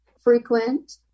frequent